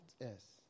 Yes